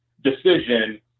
decision